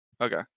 Okay